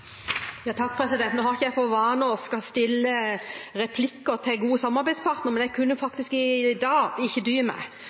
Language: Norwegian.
Nå har ikke jeg for vane å stille replikker til gode samarbeidspartnere, men jeg kunne